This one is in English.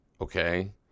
Okay